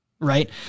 right